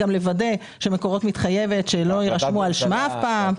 וגם לוודא שמקורות מתחייבת שלא יירשמו על שמה אף פעם.